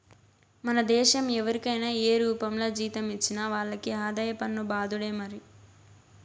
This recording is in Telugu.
మన దేశం ఎవరికైనా ఏ రూపంల జీతం ఇచ్చినా వాళ్లకి ఆదాయ పన్ను బాదుడే మరి